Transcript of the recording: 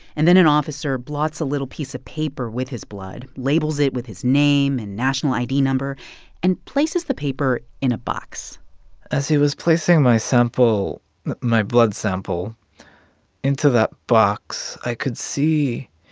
and then an officer blots a little piece of paper with his blood, labels it with his name and national id number and places the paper in a box as he was placing my sample my blood sample into that box, i could see